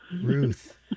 Ruth